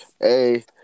Hey